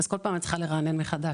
אז כל פעם אני צריכה לרענן מחדש,